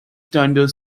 tender